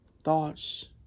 thoughts